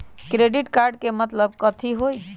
Credit card के मतलब कथी होई?